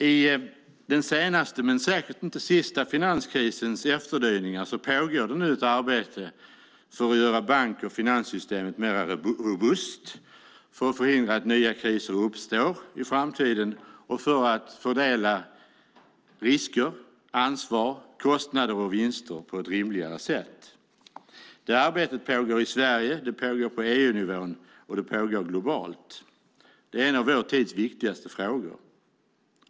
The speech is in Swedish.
I den senaste men säkert inte sista finanskrisens efterdyningar pågår det nu ett arbete för att göra bank och finanssystemet mer robust för att förhindra att nya kriser uppstår i framtiden och för att fördela risker, ansvar, kostnader och vinster på ett rimligare sätt. Det arbetet pågår i Sverige, på EU-nivå och globalt. Det är en av vår tids viktigaste frågor.